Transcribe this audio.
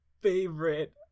favorite